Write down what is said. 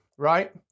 right